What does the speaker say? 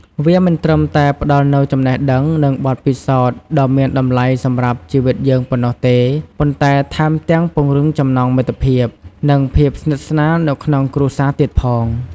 វាមិនត្រឹមតែផ្ដល់នូវចំណេះដឹង និងបទពិសោធន៍ដ៏មានតម្លៃសម្រាប់ជីវិតយើងប៉ុណ្ណោះទេ ប៉ុន្តែថែមទាំងពង្រឹងចំណងមិត្តភាព និងភាពស្និទ្ធស្នាលនៅក្នុងគ្រួសារទៀតផង។